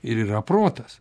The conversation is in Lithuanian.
ir yra protas